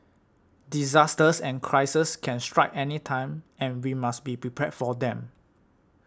disasters and crises can strike anytime and we must be prepared for them